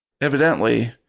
Evidently